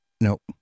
Nope